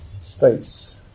space